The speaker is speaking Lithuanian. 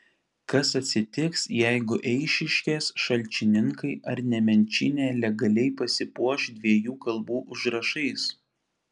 kas atsitiks jeigu eišiškės šalčininkai ar nemenčinė legaliai pasipuoš dviejų kalbų užrašais